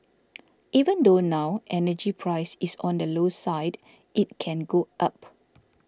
even though now energy price is on the low side it can go up